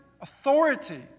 Authority